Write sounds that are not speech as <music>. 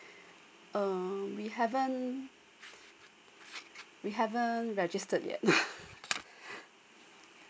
uh we haven't we haven't registered yet <laughs>